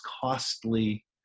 costly